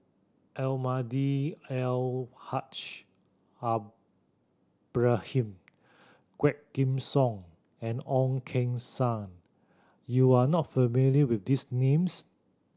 Almahdi Al Haj Ibrahim Quah Kim Song and Ong Keng Sen you are not familiar with these names